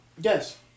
Yes